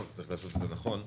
צריך לעשות את זה נכון.